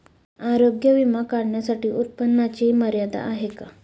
आरोग्य विमा काढण्यासाठी उत्पन्नाची मर्यादा आहे का?